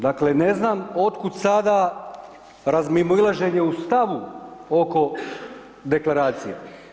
Dakle, ne znam od kuda sad razmimoilaženje u stavu oko deklaracije.